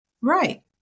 Right